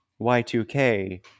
Y2K